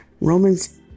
Romans